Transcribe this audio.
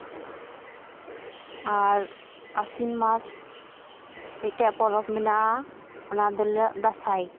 ᱟᱨ ᱟᱥᱤᱱ ᱢᱟᱥ ᱢᱤᱫᱴᱮᱱ ᱯᱚᱨᱚᱵ ᱢᱮᱱᱟᱜᱼᱟ ᱚᱱᱟ ᱫᱚᱞᱮ ᱫᱟᱸᱥᱟᱭ